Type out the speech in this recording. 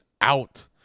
out